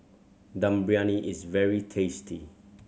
Dum Briyani is very tasty